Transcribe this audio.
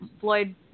Floyd